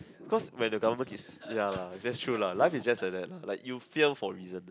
cause when the government is ya lah that's true lah life if just like that lah like you fail for reason